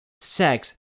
Sex